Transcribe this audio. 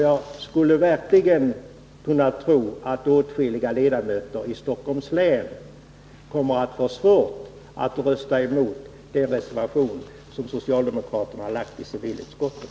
Jag skulle verkligen kunna tro att åtskilliga ledamöter i Stockholms län kommer att få svårt att rösta emot den reservation som socialdemokraterna i civilutskottet fogat vid betänkandet.